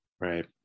Right